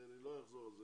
אני לא אחזור על זה.